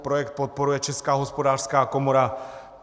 Projekt podporuje Česká hospodářská komora.